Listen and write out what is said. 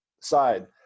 side